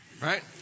right